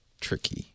tricky